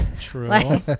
True